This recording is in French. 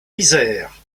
isère